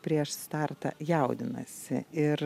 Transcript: prieš startą jaudinasi ir